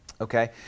okay